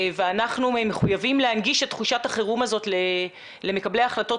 ואנחנו מחויבים להנגיש את תחושת החירום הזאת למקבלי ההחלטות